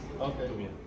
Okay